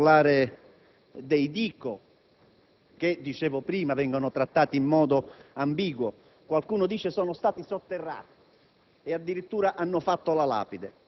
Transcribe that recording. Dovrei a questo punto parlare dei Dico che, come dicevo prima, vengono trattati in modo ambiguo. Qualcuno dice che sono stati sotterrati